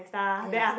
ya